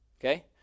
Okay